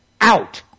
out